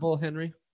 Henry